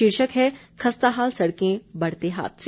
शीर्षक है खस्ताहाल सड़कें बढ़ते हादसे